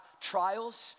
trials